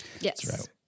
Yes